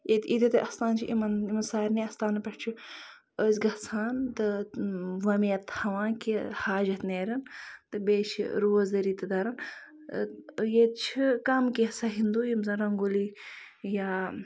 ییٚتہ ییٖتیٛاہ تہِ اَستان چھِ یِمَن یِمَن سارنٕے اَستانَن پٮ۪ٹھ چھِ أسۍ گَژھان تہٕ وۄمید تھاوان کہِ حاجَت نیرَن تہٕ بیٚیہِ چھِ روزدٔری تہٕ دَران ییٚتہِ چھِ کَم کینٛژاہ ہِنٛدوٗ یِم زَن رنٛگولی یا